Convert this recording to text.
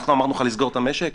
אנחנו אמרנו לך לסגור את המשק?